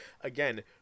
again